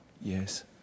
Yes